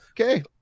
okay